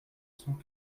cent